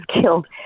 killed